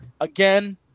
Again